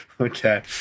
Okay